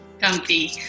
Comfy